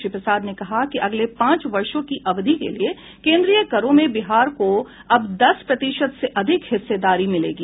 श्री प्रसाद ने कहा कि अगले पांच वर्षों की अवधि के लिए केन्द्रीय करों में बिहार को अब दस प्रतिशत से अधिक हिस्सेदारी मिलेगी